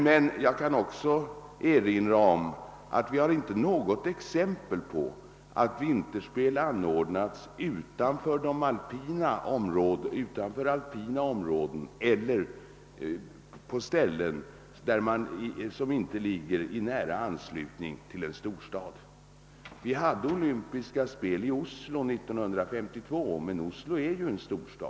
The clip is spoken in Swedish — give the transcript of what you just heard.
Men jag kan också erinra om att det inte finns något exempel på att olympiska vinterspel anordnats utanför alpina områden eller på platser som inte ligger i nära anslutning till en stor stad. Det anordnades olympiska vinterspel i Oslo 1952, men Oslo är ju en storstad.